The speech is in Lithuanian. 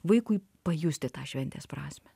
vaikui pajusti tą šventės prasmę